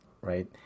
Right